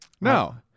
No